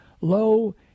low